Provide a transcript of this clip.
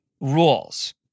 rules